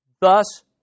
Thus